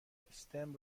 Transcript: stem